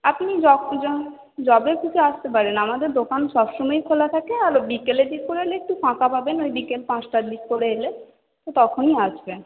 আপনি যবে খুশি আসতে পারেন আমাদের দোকান সবসময়ই খোলা থাকে আর বিকেলের দিক করে এলে একটু ফাঁকা পাবেন ওই বিকেল পাঁচটার দিক করে এলে তো তখনই আসবেন